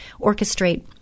orchestrate